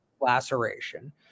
laceration